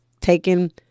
taken